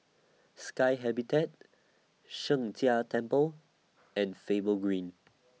Sky Habitat Sheng Jia Temple and Faber Green